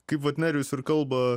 kaip vat nerijus ir kalba